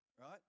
Right